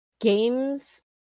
games